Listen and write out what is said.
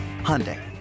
Hyundai